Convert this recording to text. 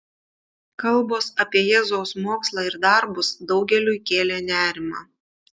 kalbos apie jėzaus mokslą ir darbus daugeliui kėlė nerimą